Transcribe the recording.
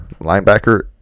linebacker